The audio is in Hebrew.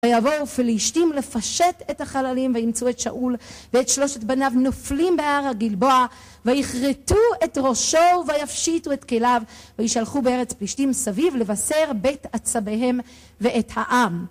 ויבואו פלשתים לפשט את החללים, וימצאו את שאול ואת שלושת בניו נופלים בער הגלבוע, ויכרתו את ראשו ויפשיטו את כליו, וישלחו בארץ פלשתים סביב לבשר בית עצביהם, ואת העם.